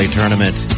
tournament